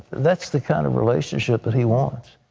that's the kind of relationship that he wants.